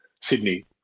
sydney